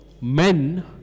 Men